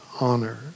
honor